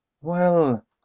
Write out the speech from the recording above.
Well